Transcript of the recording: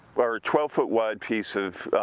or twelve foot wide piece of,